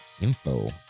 info